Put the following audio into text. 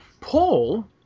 Paul